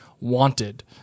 wanted